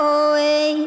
away